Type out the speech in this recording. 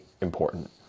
important